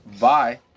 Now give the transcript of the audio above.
Bye